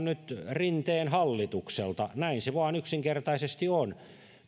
nyt rinteen hallitukselta näin se vain yksinkertaisesti on